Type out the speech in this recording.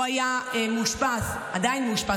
הוא היה מאושפז, הוא עדיין מאושפז.